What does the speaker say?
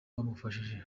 bamufashije